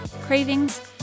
cravings